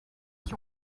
qui